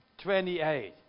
28